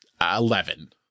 Eleven